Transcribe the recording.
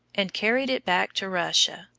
and carried it back to russia.